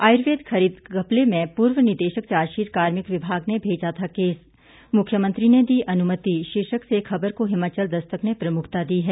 आयुर्वेद खरीद घपले में पूर्व निदेशक जार्चशीट कार्मिक विभाग ने भेजा था केस मुख्यमंत्री ने दी अनुमति शीर्षक से खबर को हिमाचल दस्तक ने प्रमुखता दी है